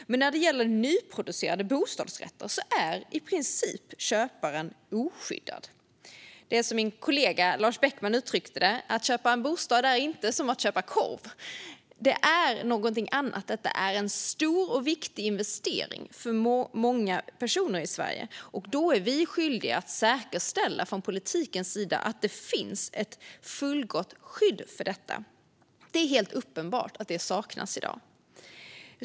Men när det gäller nyproducerade bostadsrätter är köparen i princip oskyddad. Det är som min kollega Lars Beckman uttryckte det: Att köpa en bostad är inte som att köpa korv. Det är någonting annat. Detta är en stor och viktig investering för många personer i Sverige, och då är vi från politikens sida skyldiga att säkerställa att det finns ett fullgott skydd för detta. Det är helt uppenbart att det saknas i dag.